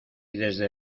desde